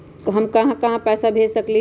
हम कहां कहां पैसा भेज सकली ह?